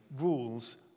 rules